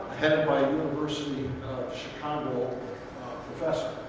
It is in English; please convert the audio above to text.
headed by a university of chicago professor.